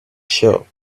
shell